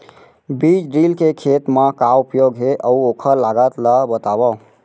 बीज ड्रिल के खेत मा का उपयोग हे, अऊ ओखर लागत ला बतावव?